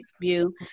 view